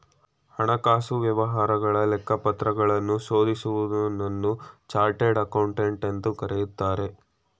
ಹಣಕಾಸು ವ್ಯವಹಾರಗಳ ಲೆಕ್ಕಪತ್ರಗಳನ್ನು ಶೋಧಿಸೋನ್ನ ಚಾರ್ಟೆಡ್ ಅಕೌಂಟೆಂಟ್ ಎನ್ನುತ್ತಾರೆ